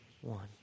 one